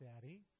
Daddy